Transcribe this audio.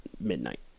midnight